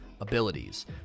abilities